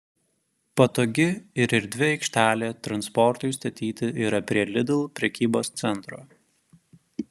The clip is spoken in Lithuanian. patogi ir erdvi aikštelė transportui statyti yra prie lidl prekybos centro